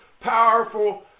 powerful